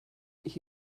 ich